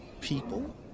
people